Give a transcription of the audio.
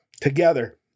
together